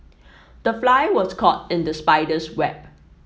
the fly was caught in the spider's web